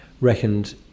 reckoned